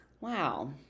Wow